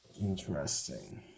Interesting